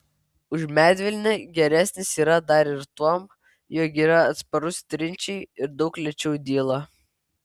už medvilnę geresnis yra dar ir tuom jog yra atsparus trinčiai ir daug lėčiau dyla